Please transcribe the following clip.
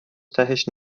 تهش